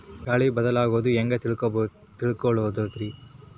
ಗಾಳಿ ಬದಲಾಗೊದು ಹ್ಯಾಂಗ್ ತಿಳ್ಕೋಳೊದ್ರೇ?